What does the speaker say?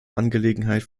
angelegenheit